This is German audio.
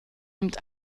nimmt